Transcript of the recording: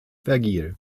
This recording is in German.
vergil